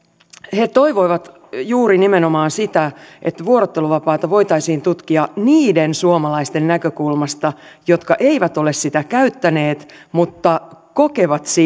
he toivoivat juuri nimenomaan sitä että vuorotteluvapaata voitaisiin tutkia niiden suomalaisten näkökulmasta jotka eivät ole sitä käyttäneet mutta kokevat